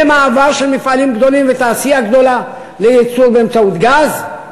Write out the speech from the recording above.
ומעבר של מפעלים גדולים ותעשייה גדולה לייצור באמצעות גז.